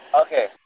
Okay